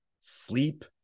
sleep